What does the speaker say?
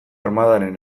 armadaren